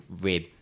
rib